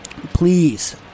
please